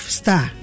star